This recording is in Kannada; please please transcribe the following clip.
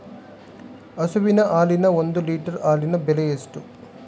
ಹಸುವಿನ ಹಾಲಿನ ಒಂದು ಲೀಟರ್ ಹಾಲಿನ ಬೆಲೆ ಎಷ್ಟು?